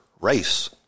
race